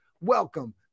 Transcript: welcome